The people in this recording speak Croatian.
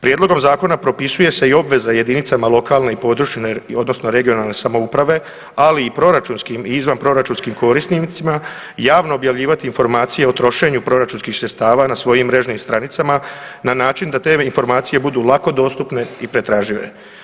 Prijedlogom Zakona propisuje se i obveza jedinicama lokalne i područne (regionalne) samouprave, ali i proračunskim i izvanproračunskim korisnicima javno objavljivati informacije o trošenju proračunskih sredstava na svojim mrežnim stranicama na način da te informacije budu lako dostupne i pretražive.